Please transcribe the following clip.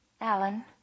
Alan